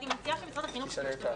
אני מציעה שמשרד החינוך --- רם,